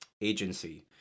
agency